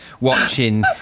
watching